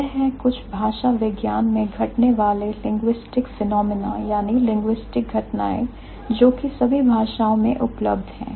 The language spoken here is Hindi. वह हैं कुछ भाषा विज्ञान में घटने वाले linguistic phenomenon लिंग्विस्टिक घटना जोकि सभी भाषाओं में उपलब्ध हैं